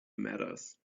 matters